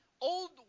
old